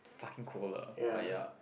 fucking cold lah but ya